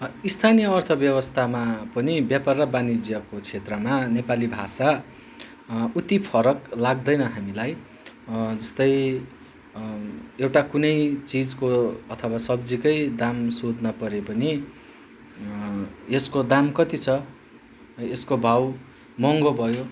स्थानीय अर्थव्यवस्थामा पनि व्यापार र वाणिज्यको क्षेत्रमा नेपाली भाषा उति फरक लाग्दैन हामीलाई जस्तै एउटा कुनै चिजको अथवा सब्जीकै दाम सोध्न परे पनि यसको दाम कति छ यसको भाउ महँगो भयो